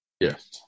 Yes